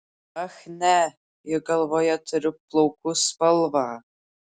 ach ne juk galvoje turiu plaukų spalvą